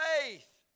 faith